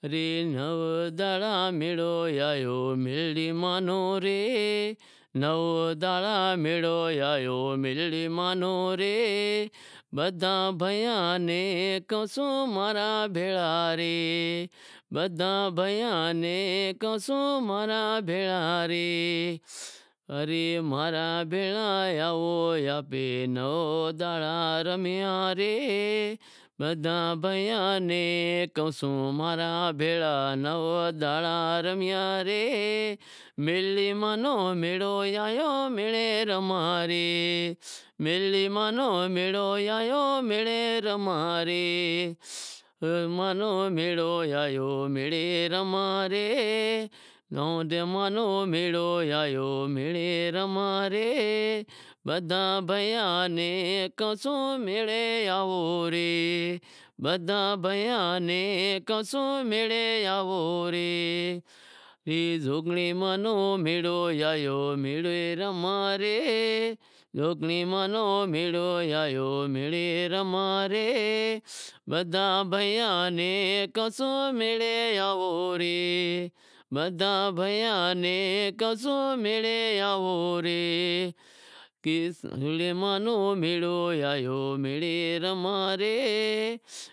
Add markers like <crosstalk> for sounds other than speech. <unintelligible>